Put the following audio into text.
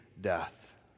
death